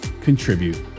Contribute